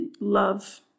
love